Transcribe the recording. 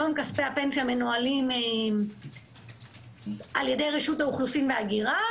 היום כספי הפנסיה מנוהלים ע"י רשות האוכלוסין וההגירה,